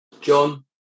John